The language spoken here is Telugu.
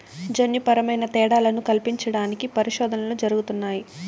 జన్యుపరమైన తేడాలను కల్పించడానికి పరిశోధనలు జరుగుతున్నాయి